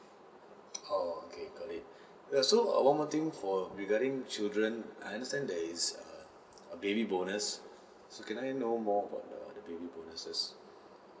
oh okay got it ya so err one more thing for regarding children I understand there is err a baby bonus so can I know more about the baby bonuses